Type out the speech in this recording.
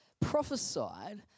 prophesied